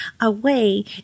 away